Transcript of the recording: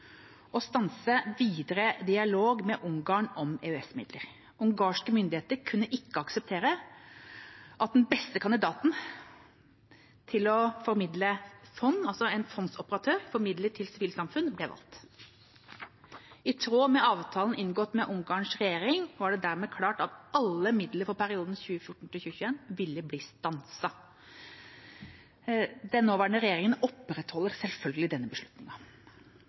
å stanse videre dialog med Ungarn om EØS-midler. Ungarske myndigheter kunne ikke akseptere at den beste kandidaten til fondsoperatør for midler til sivilsamfunnet ble valgt. I tråd med avtalen inngått med Ungarns regjering var det dermed klart at alle midler for perioden 2014–2021 ville bli stanset. Den nåværende regjeringa opprettholder selvfølgelig denne